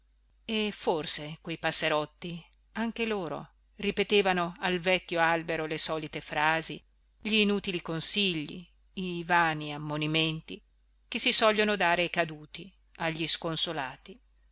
e forse quei passerotti anche loro ripetevano al vecchio albero le solite frasi gli inutili consigli i vani ammonimenti che si sogliono dare ai caduti a gli sconsolati